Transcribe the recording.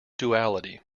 duality